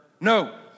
No